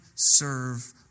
Serve